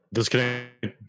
Disconnect